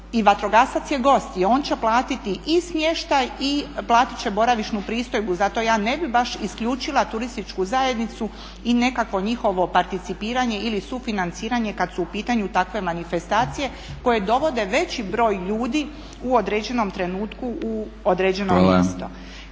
i vatrogasac je gost i on će platiti i smještaj i platit će boravišnu pristojbu. Zato ja ne bih baš isključila turističku zajednicu i nekakvo njihovo participiranje ili sufinanciranje kad su u pitanju takve manifestacije koje dovode veći broj ljudi u određenom trenutku u određeno mjesto.